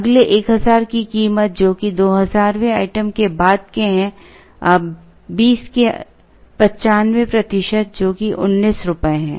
अगले 1000 की कीमत जो कि 2000 वें आइटम के बाद के हैं अब 20 के 95 प्रतिशत हैं जो कि 19 रुपये है